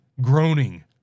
groaning